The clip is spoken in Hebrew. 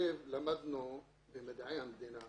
למדנו במדעי המדינה